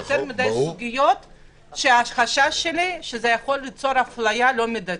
ויותר מדי סוגיות שהחשש שלי שזה יכול ליצור אפליה לא מדתית.